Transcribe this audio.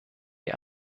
die